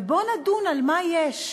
ובואו נדון על מה שיש.